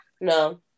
No